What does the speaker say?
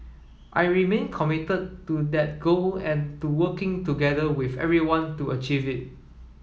I remain committed to that goal and to working together with everyone to achieve it